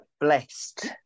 blessed